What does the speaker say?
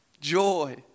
joy